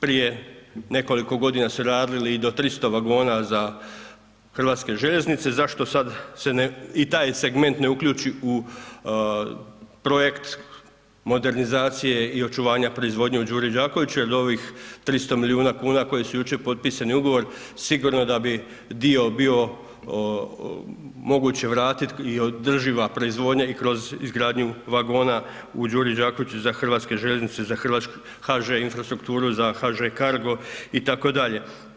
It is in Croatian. Prije nekoliko godina su radili i do 300 vagona za Hrvatske željeznice, zašto se sada i taj segment ne uključi u projekt modernizacije i očuvanje proizvodnje u Đuri Đakoviću jer od ovih 300 milijuna kuna koji su jučer potpisani ugovor sigurno da bi dio bio moguće vratiti i održiva proizvodnja i kroz izgradnju vagona u Đuri Đakoviću za Hrvatske željeznice za HŽ Infrastrukturu za HŽ Cargo itd.